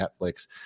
Netflix